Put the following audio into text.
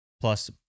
Plus